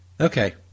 Okay